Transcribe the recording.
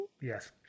Yes